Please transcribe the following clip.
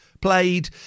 played